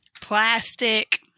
Plastic